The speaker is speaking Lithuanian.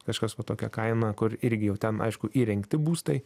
kažkas va tokia kaina kur irgi jau ten aišku įrengti būstai